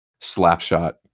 Slapshot